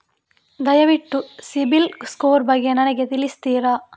ದಯವಿಟ್ಟು ಸಿಬಿಲ್ ಸ್ಕೋರ್ ಬಗ್ಗೆ ನನಗೆ ತಿಳಿಸ್ತಿರಾ?